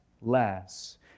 less